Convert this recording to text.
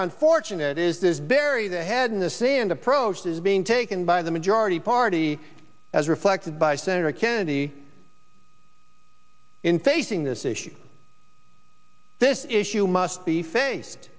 unfortunate is this bury the head in the sand approach is being taken by the majority party as reflected by senator kennedy in facing this issue this issue must be face